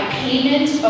payment